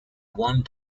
one